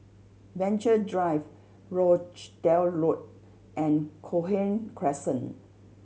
Venture Drive Rochdale Road and Cochrane Crescent